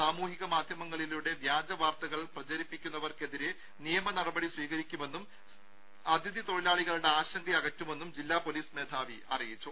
സാമൂഹിക മാധ്യമങ്ങളിലൂടെ വ്യാജവാർത്തകൾ പ്രചരിപ്പിക്കുന്നവർക്കെതിരെ നിയമനടപടി സ്വീകരിക്കുമെന്നും അഥിതി തൊഴിലാളികളുടെ ആശങ്കയകറ്റുമെന്നും ജില്ലാ പൊലീസ് മേധാവി അറിയിച്ചു